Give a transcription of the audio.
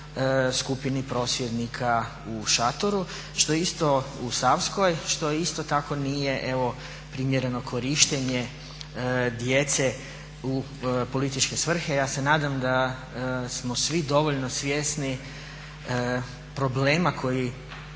skupini prosvjednika u šatoru u Savskoj, što isto tako nije evo primjereno korištenje djece u političke svrhe. Ja se nadam da smo svi dovoljno svjesni problema koji